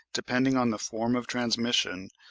depending on the form of transmission,